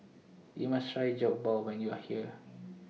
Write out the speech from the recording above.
YOU must Try Jokbal when YOU Are here